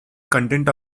content